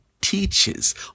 teaches